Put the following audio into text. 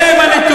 אלה הם הנתונים,